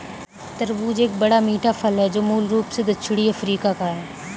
तरबूज एक बड़ा, मीठा फल है जो मूल रूप से दक्षिणी अफ्रीका का है